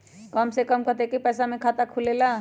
कम से कम कतेइक पैसा में खाता खुलेला?